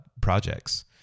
projects